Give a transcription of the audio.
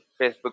Facebook